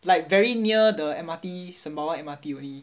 like very near the M_R_T sembawang M_R_T only